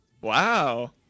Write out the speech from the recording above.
Wow